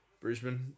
Brisbane